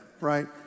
right